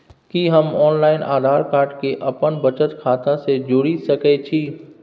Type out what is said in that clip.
कि हम online Aadhaar card के अपन बचत खाता से जोरि सकै छी?